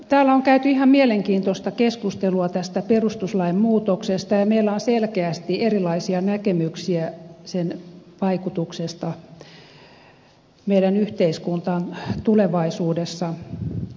täällä on käyty ihan mielenkiintoista keskustelua tästä perustuslain muutoksesta ja meillä on selkeästi erilaisia näkemyksiä sen vaikutuksesta meidän yhteiskuntaamme tulevaisuudessa